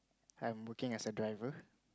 I'm working as a driver